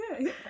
okay